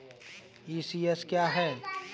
ECS क्या है?